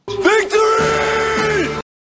Victory